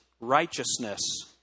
righteousness